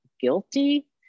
guilty